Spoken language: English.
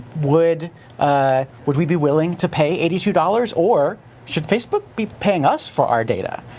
would ah would we be willing to pay eighty two dollars or should facebook be paying us for our data?